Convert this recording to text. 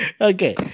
Okay